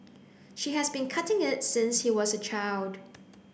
she has been cutting it since he was a child